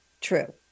true